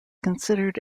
considered